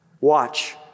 Watch